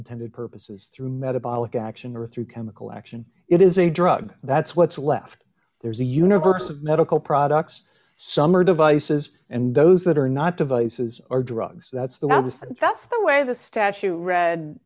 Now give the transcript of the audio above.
intended purposes through metabolic action or through chemical action it is a drug that's what's left there's a universe of medical products some are devices and those that are not devices are drugs that's the other thing that's the way the statue read